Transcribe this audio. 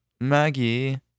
Maggie